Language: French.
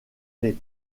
les